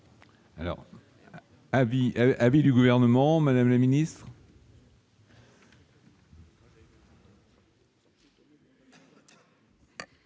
vis à vis du gouvernement, Madame la Ministre.